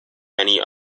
many